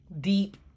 deep